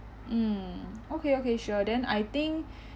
mm okay okay sure then I think